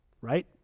Right